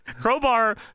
Crowbar